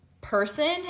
person